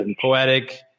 poetic